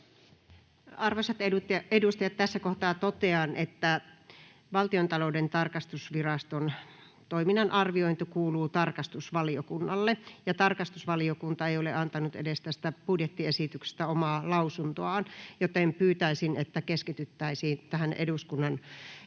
Arvoisat edustajat, tässä kohtaa totean, että Valtiontalouden tarkastusviraston toiminnan arviointi kuuluu tarkastusvaliokunnalle ja tarkastusvaliokunta ei ole antanut tästä budjettiesityksestä edes omaa lausuntoaan, joten pyytäisin, että keskityttäisiin tähän eduskunnan pääluokan